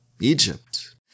Egypt